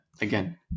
again